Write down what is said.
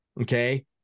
okay